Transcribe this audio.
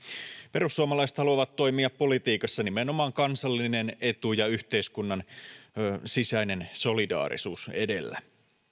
perussuomalaiset haluavat toimia politiikassa nimenomaan kansallinen etu ja yhteiskunnan sisäinen solidaarisuus edellä